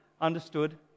understood